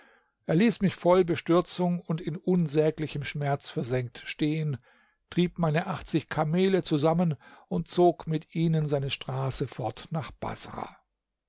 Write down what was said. er ließ mich voll bestürzung und in unsäglichem schmerz versenkt stehen trieb meine achtzig kamele zusammen und zog mit ihnen seine straße fort nach baßrah